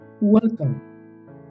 Welcome